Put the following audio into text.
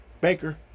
Baker